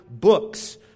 books